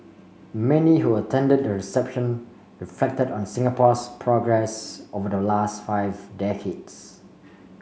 many who attended the reception reflected on Singapore's progress over the last five decades